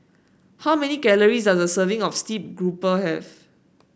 how many calories does a serving of Steamed Grouper have